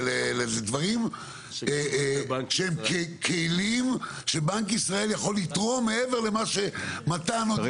דברים שהם כלים שבנק ישראל יכול לתרום מעבר --- הבנתי,